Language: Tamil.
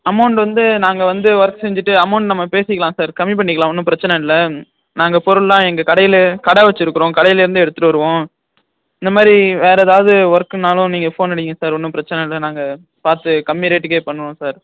அமௌண்ட்டு வந்து நாங்கள் வந்து ஒர்க் செஞ்சிவிட்டு அமௌண்ட் நம்ம பேசிக்கலாம் சார் கம்மி பண்ணிக்கலாம் ஒன்றும் பிரச்சனை இல்லை நாங்கள் பொருள்லாம் எங்கள் கடையில் கடை வச்சுருக்குறோம் கடையிலருந்து எடுத்துகிட்டு வருவோம் இந்த மாதிரி வேறு எதாவது ஒர்க்குன்னாலும் நீங்கள் ஃபோன் அடிங்க சார் ஒன்றும் பிரச்சனை இல்லை நாங்கள் பார்த்து கம்மி ரேட்டுக்கே பண்ணுவோம் சார்